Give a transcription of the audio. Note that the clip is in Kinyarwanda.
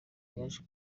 yaje